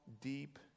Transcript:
deep